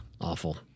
Awful